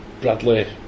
Bradley